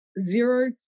zero